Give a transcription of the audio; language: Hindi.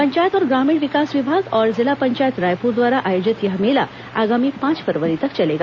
पंचायत और ग्रामीण विकास विभाग और जिला पंचायत रायपुर द्वारा आयोजित यह मेला आगामी पांच फरवरी तक चलेगा